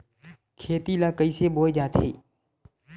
खेती ला कइसे बोय जाथे?